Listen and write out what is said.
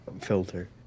filter